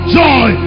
joy